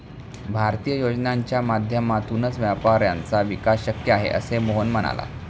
भारतीय योजनांच्या माध्यमातूनच व्यापाऱ्यांचा विकास शक्य आहे, असे मोहन म्हणाला